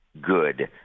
good